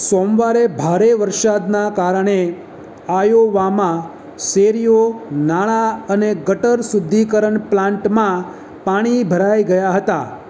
સોમવારે ભારે વરસાદનાં કારણે આયોવામાં શેરીઓ નાળાં અને ગટર શુદ્ધિકરણ પ્લાન્ટમાં પાણી ભરાઈ ગયાં હતાં